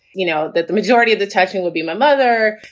you know, that the majority of the touching would be my mother.